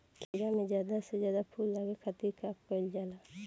खीरा मे ज्यादा से ज्यादा फूल लगे खातीर का कईल जाला?